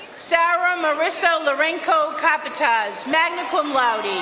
sarah marissa lourenco capatas, magna cum laude,